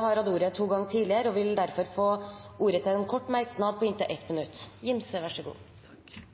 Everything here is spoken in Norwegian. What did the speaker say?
har hatt ordet to ganger tidligere og får ordet til en kort merknad, begrenset til 1 minutt. Representanten Gjelsvik legger skylden på